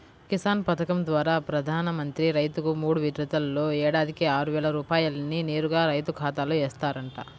కిసాన్ పథకం ద్వారా ప్రధాన మంత్రి రైతుకు మూడు విడతల్లో ఏడాదికి ఆరువేల రూపాయల్ని నేరుగా రైతు ఖాతాలో ఏస్తారంట